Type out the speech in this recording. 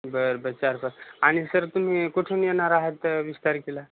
बरं ब चारपाच आणि सर तुम्ही कुठून येणार आहेत वीस तारखेला